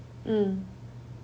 mm